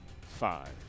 Five